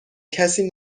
کسی